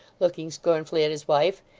looking scornfully at his wife.